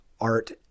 art